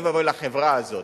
אוי ואבוי לחברה הזאת.